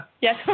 yes